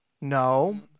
no